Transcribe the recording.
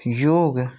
योग